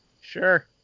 Sure